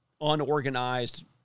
unorganized